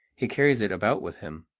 he carries it about with him,